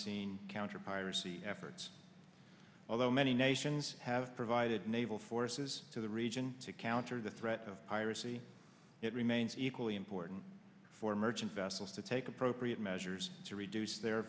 scene counter piracy efforts although many nations have provided naval forces to the region to counter the threat of piracy it remains equally important for merchant vessels to take appropriate measures to reduce their